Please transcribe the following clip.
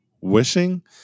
wishing